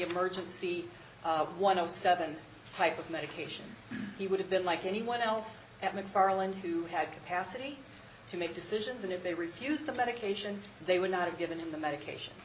emergency one hundred and seven type of medication he would have been like anyone else at mcfarland who had capacity to make decisions and if they refused the medication they would not have given him the medication